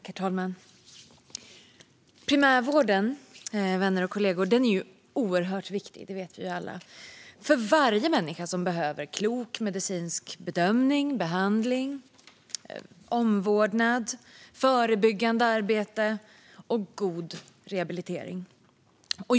Herr talman! Primärvården, vänner och kollegor, är oerhört viktig, det vet vi alla, för varje människa som behöver klok medicinsk bedömning och behandling, omvårdnad, förebyggande arbete och god rehabilitering.